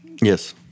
Yes